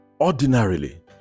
Ordinarily